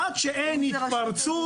עד שאין התפרצות